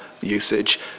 usage